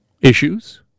issues